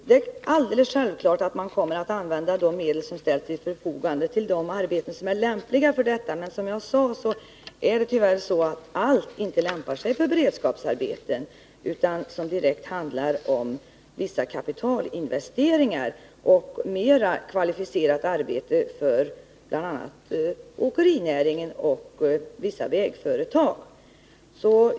Det är alldeles självklart att man kommer att använda de medel som ställts till förfogande till sådana arbeten som är lämpliga att utföras som beredskapsarbeten, men som jag redan sagt lämpar sig tyvärr inte allt för beredskapsarbete. Det kan vara sådant som direkt handlar om vissa kapitalinvesteringar och mer kvalificerat arbete för bl.a. åkerinäringen och vissa vägföretag.